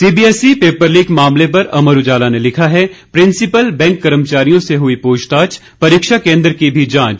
CBSE paper leak मामले पर अमर उजाला ने लिखा है प्रिंसिपल बैंक कर्मचारियों से हुई पूछताछ परीक्षा केंद्र की भी जांच